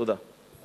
תודה.